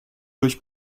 durch